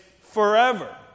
forever